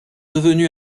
devenu